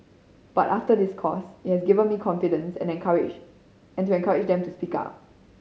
but after this course it have given me confidence and encourage and into encourage them to speak up